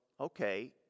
okay